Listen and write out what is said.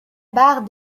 barre